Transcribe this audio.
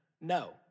no